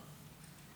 אי-אפשר.